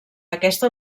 aquesta